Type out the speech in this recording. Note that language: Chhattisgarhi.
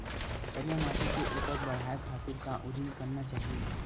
करिया माटी के उपज बढ़ाये खातिर का उदिम करना चाही?